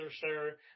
sir